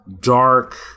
dark